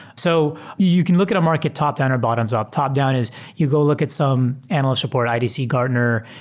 so you can look at a market top-down, or bottom-up. top-down is you go look at some analyst report, idc gartner.